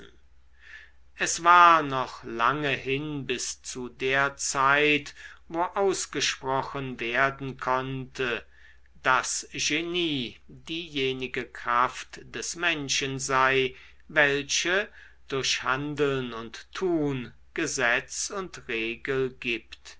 es war noch lange hin bis zu der zeit wo ausgesprochen werden konnte daß genie diejenige kraft des menschen sei welche durch handeln und tun gesetz und regel gibt